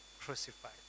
crucified